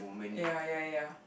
ya ya ya